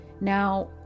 now